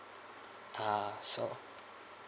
ah so